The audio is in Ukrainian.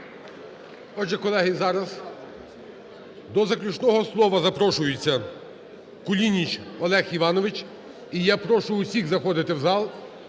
Отже, колеги, зараз до заключного слова запрошується Кулініч Олег Іванович. І я прошу всіх заходити в зал,